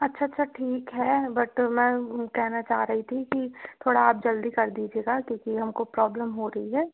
अच्छा अच्छा ठीक है बट मैं कहना चाह रही थी कि थोड़ा आप जल्दी कर दीजिएगा क्योंकि हम को प्रॉब्लम हो रही है